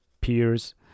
peers